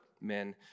men